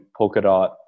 Polkadot